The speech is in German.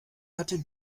hatte